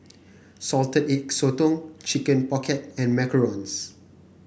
Salted Egg Sotong Chicken Pocket and macarons